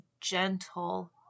gentle